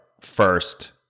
first